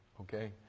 okay